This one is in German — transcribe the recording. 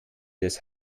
des